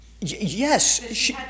yes